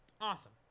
awesome